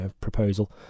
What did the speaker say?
proposal